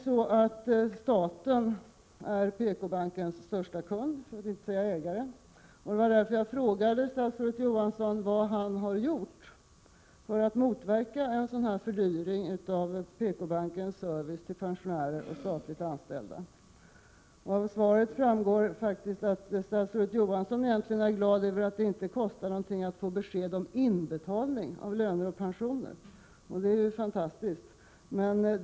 Staten är PK-bankens största kund, för att inte säga ägare. Det var därför jag frågade statsrådet Johansson vad han har gjort för att motverka en sådan här fördyring av PK-bankens service till pensionärer och statligt anställda. Av svaret framgår faktiskt att statsrådet Johansson egentligen är glad över att det inte kostar något att få besked om inbetalning av löner och pensioner. Det är ju fantastiskt.